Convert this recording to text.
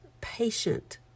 patient